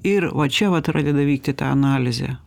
ir va čia vat pradeda vykti ta analizė